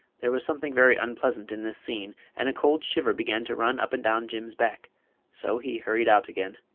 there was something very unpleasant in this scene, and a cold shiver began to run up and down jim's back so he hurried out again.